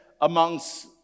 amongst